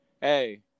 hey